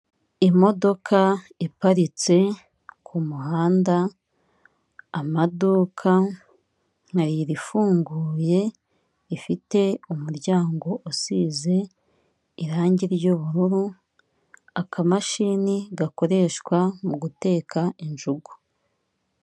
Imodoka iparitse kumuhanda amaduka nkayiri ifunguye ifite umuryango usize irangi ry'ubururu akamashini gakoreshwa mu guteka injugu.